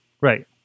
right